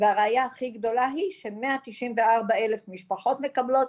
והראייה הכי גדולה היא שמאה תשעים וארבע אלף משפחות מקבלות,